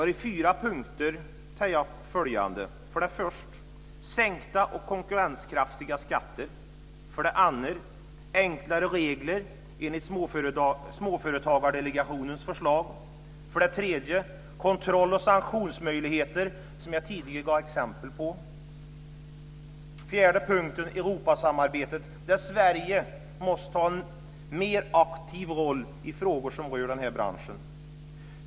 Vi har i fyra punkter tagit upp följande: 3. Kontroll och sanktionsmöjligheter, som jag tidigare gav exempel på. 4. Europasamarbetet, där Sverige måste ta en mer aktiv roll i frågor som rör denna bransch.